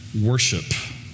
worship